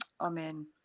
Amen